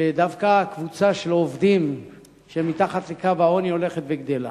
שדווקא הקבוצה של עובדים שהם מתחת לקו העוני הולכת וגדלה.